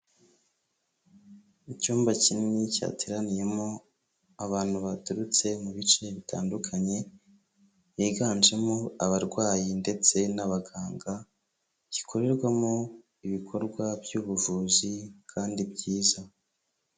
Icyumba kinini cyateraniyemo abantu baturutse mu bice bitandukanye, higanjemo abarwayi ndetse n'abaganga, gikorerwamo ibikorwa by'ubuvuzi kandi byiza.